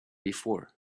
before